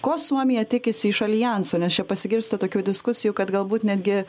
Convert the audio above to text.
ko suomija tikisi iš aljanso nes čia pasigirsta tokių diskusijų kad galbūt netgi